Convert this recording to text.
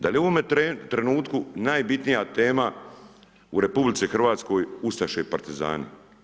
Da li u ovome trenutku najbitnija tema u RH ustaše i partizani.